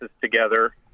together